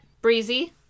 breezy